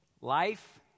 life